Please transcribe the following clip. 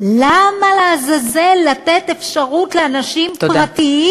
למה לעזאזל לתת אפשרות לאנשים פרטיים, תודה.